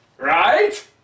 Right